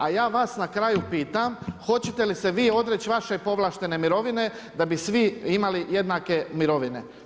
A ja vas na kraju pitam hoćete li se vi odreć vaše povlaštene mirovine da bi svi imali jednake mirovine?